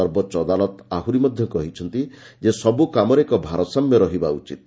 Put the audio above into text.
ସର୍ବୋଚ୍ଚ ଅଦାଲତ ଆହୁରି ମଧ୍ୟ କହିଛନ୍ତି ଯେ ସବୁ କାମରେ ଏକ ଭାରସାମ୍ୟ ରହିବା ଉଚିତ୍